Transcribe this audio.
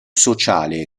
sociale